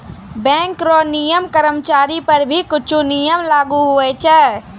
bank रो नियम कर्मचारीयो पर भी कुछु नियम लागू हुवै छै